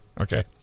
Okay